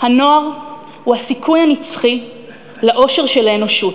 "הנוער הוא הסיכוי הנצחי לאושר של האנושות,